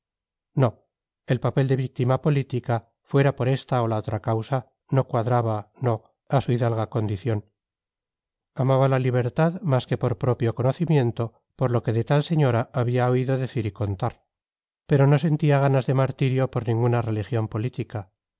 no el papel de víctima política fuera por esta o la otra causa no cuadraba no a su hidalga condición amaba la libertad mas que por propio conocimiento por lo que de tal señora había oído decir y contar pero no sentía ganas de martirio por ninguna religión política